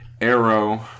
Arrow